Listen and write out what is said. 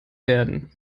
werden